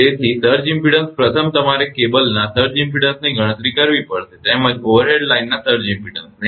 તેથી surge impedance પ્રથમ તમારે કેબલના સર્જ ઇમપેડન્સની ગણતરી કરવી પડશે તેમજ ઓવરહેડ લાઇનના સર્જ ઇમપેડન્સની